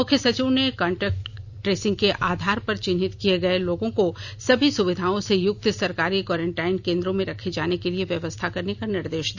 मुख्य सचिव ने कांटेक्ट ट्रेसिंग के आधार पर चिन्हित किए गए लोगों को सभी सुविधाओं से युक्त सरकारी क्वारेंटाइन केंद्रों में रखे जाने के लिए व्यवस्था करने का निर्देश दिया